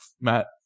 Matt